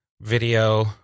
video